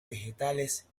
vegetales